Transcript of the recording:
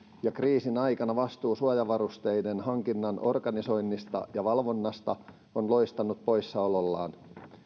ja kriisin aikana vastuu suojavarusteiden hankinnan organisoinnista ja valvonnasta on loistanut poissaolollaan